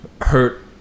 hurt